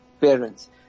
parents